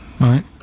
Right